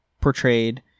portrayed